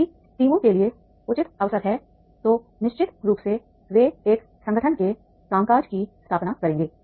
यदि टीमों के लिए उचित अवसर हैं तो निश्चित रूप से वे एक संगठन के कामकाज की स्थापना करेंगे